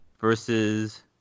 versus